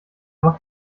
macht